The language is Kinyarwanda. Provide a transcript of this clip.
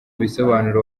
bisobanuro